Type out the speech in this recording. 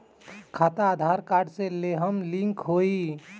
खाता आधार कार्ड से लेहम लिंक होई?